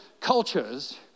cultures